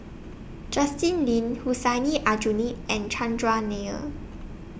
Justin Lean Hussein Aljunied and Chandran Nair